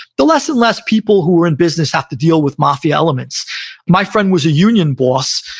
the less and less people who are in business have to deal with mafia elements my friend was a union boss.